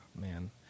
Man